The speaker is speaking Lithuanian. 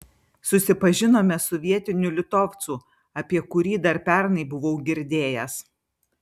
susipažinome su vietiniu litovcu apie kurį dar pernai buvau girdėjęs